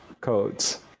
codes